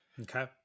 okay